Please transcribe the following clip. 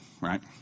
right